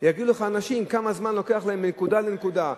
יגידו לך אנשים כמה זמן לוקח להם לנסוע מנקודה לנקודה.